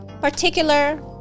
particular